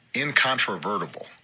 incontrovertible